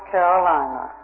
Carolina